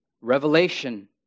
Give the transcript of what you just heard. Revelation